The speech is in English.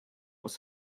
was